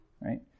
Right